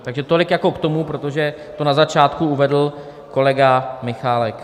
Takže tolik jako k tomu, protože to na začátku uvedl kolega Michálek.